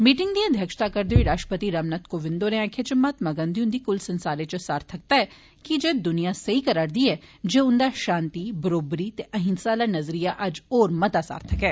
meeting दी अध्यक्षता करदे होई राष्ट्रपति रामनाथ कोविंद होरें आक्खेया जे महात्मा गांधी हन्दी क्ल संसारै च सार्थकता ऐ की जे द्निया सेई करा रदी ऐ जे उन्दा शांति बरोबरी ते अहिंसा आला नज़रिया अज्ज होर मता सार्थक ऐ